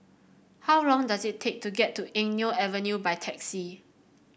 how long does it take to get to Eng Neo Avenue by taxi